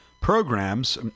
programs